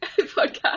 podcast